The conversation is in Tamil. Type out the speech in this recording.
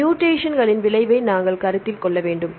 மூடேசன்களின் விளைவை நாங்கள் கருத்தில் கொள்ள வேண்டும்